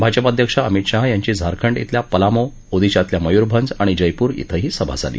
भाजपाध्यक्ष अमित शहा यांची झारखंड इथल्या पलामो ओदिशातल्या मयुरभंज आणि जयपूर इथं सभा झाली